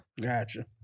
Gotcha